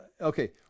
okay